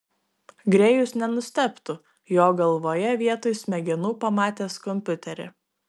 grėjus nenustebtų jo galvoje vietoj smegenų pamatęs kompiuterį